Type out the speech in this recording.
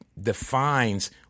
defines